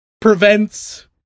prevents